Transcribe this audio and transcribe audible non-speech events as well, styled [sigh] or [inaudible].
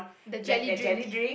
the jelly drink [laughs]